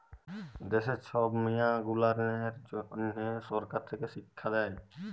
দ্যাশের ছব মিয়াঁ গুলানের জ্যনহ সরকার থ্যাকে শিখ্খা দেই